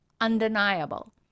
undeniable